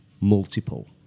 multiple